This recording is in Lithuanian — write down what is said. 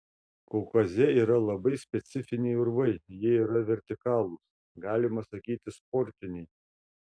kaukaze yra labai specifiniai urvai jie yra vertikalūs galima sakyti sportiniai